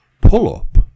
pull-up